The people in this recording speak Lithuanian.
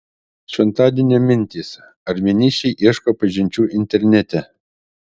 šventadienio mintys ar vienišiai ieško pažinčių internete